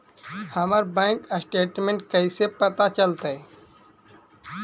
हमर bank statement कैसे पता चलतै?